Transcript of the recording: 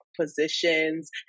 positions